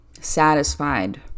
Satisfied